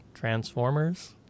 transformers